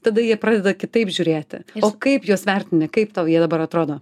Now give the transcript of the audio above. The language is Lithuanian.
tada jie pradeda kitaip žiūrėti o kaip juos vertini kaip tau jie dabar atrodo